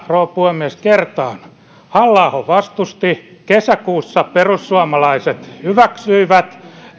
rouva puhemies kertaan halla aho vastusti kesäkuussa perussuomalaiset hyväksyivät